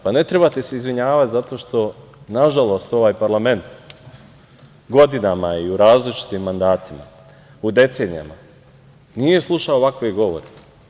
Pa, ne treba da se izvinjavate zato što, nažalost, ovaj parlament godinama i u različitim mandatima, u decenijama, nije slušao ovakve govore.